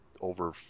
over